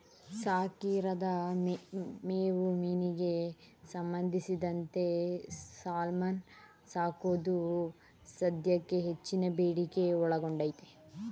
ಸಾಕಿರದ ಮೇವು ಮೀನಿಗೆ ಸಂಬಂಧಿಸಿದಂತೆ ಸಾಲ್ಮನ್ ಸಾಕೋದು ಸದ್ಯಕ್ಕೆ ಹೆಚ್ಚಿನ ಬೇಡಿಕೆ ಒಳಗೊಂಡೈತೆ